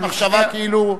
יש מחשבה כאילו,